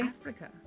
Africa